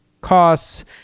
costs